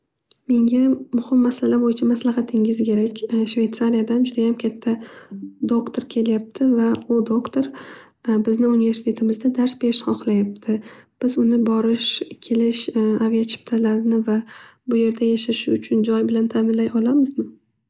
Menga muhim masala bo'yicha maslahatingiz kerak. Shvetsariyadan judayam katta doktor kelyabdi. Va u dokrtor bizni universitetimizda dars berishni judayam hohlayabdi. Uni borish kelish aviachiptalari, bu yerda yashashi uchun joy bilan taminlay olamizmi.